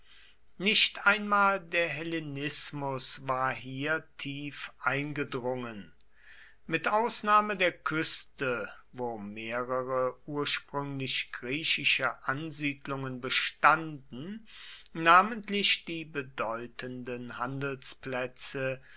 nicht einmal der hellenismus war hier tief eingedrungen mit ausnahme der küste wo mehrere ursprünglich griechische ansiedlungen bestanden namentlich die bedeutenden handelsplätze